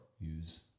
use